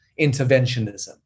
interventionism